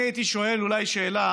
אני הייתי שואל אולי שאלה